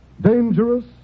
dangerous